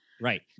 Right